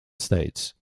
states